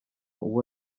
uwo